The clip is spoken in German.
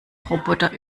roboter